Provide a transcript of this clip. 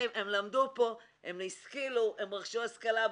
הם למדו פה, הם השכילו, הם רכשו השכלה בבינתחומי,